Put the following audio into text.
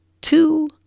two